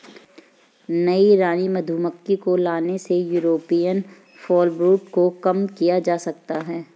नई रानी मधुमक्खी को लाने से यूरोपियन फॉलब्रूड को कम किया जा सकता है